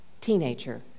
teenager